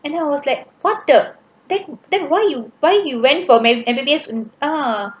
and then I was like what the then then why you why you went for medicine uh